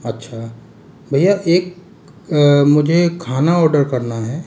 अच्छा भैया एक मुझे खाना ऑर्डर करना है